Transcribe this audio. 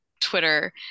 Twitter